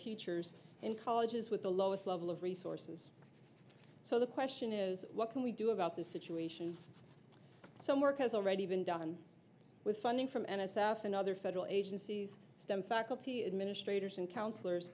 teachers and colleges with the lowest level of resources so the question is what can we do about the scituate some work has already been done with funding from n s f and other federal agencies stem faculty administrators and counselors